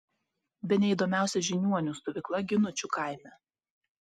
bene įdomiausia žiniuonių stovykla ginučių kaime